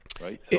Right